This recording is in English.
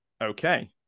Okay